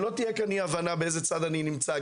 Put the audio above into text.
שלא תהיה כאן אי הבנה באיזה צד אני נמצא,